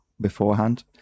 beforehand